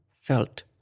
felt